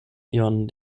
ion